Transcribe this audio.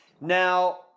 Now